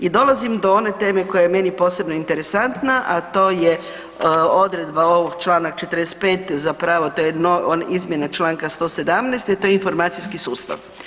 I dolazim do one teme koja je meni posebno interesantna, a to je odredba ovog Članak 45. zapravo to je izmjena Članka 117. to je taj informacijski sustav.